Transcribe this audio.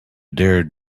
dared